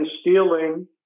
stealing